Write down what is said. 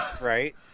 Right